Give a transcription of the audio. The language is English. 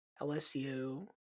LSU